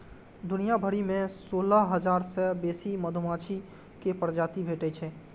दुनिया भरि मे सोलह हजार सं बेसी मधुमाछी के प्रजाति भेटै छै